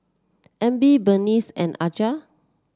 Emmy Berneice and Aja